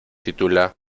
titula